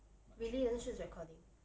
maybe doesn't show it's recording